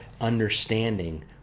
understanding